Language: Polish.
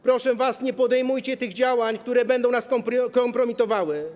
Proszę was: nie podejmujcie tych działań, które będą nas kompromitowały.